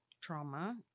trauma